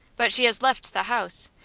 but she has left the house.